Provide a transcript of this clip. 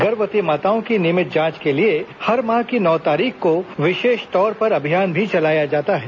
गर्भवती माताओं की नियमित जांच के लिए हर माह की नौ तारीख को विशेष तौर पर अभियान चलाया जाता है